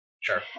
Sure